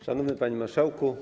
Szanowny Panie Marszałku!